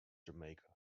jamaica